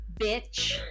Bitch